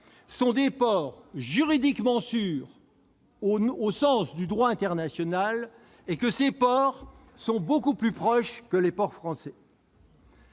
sont juridiquement sûrs au sens du droit international et qu'ils sont beaucoup plus proches que les ports français.